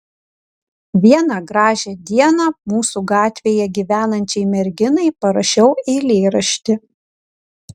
vieną gražią dieną mūsų gatvėje gyvenančiai merginai parašiau eilėraštį